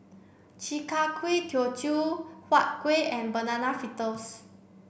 Chi Kak Kuih Teochew Huat Kueh and banana fritters